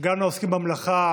גם לעוסקים במלאכה,